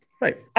Right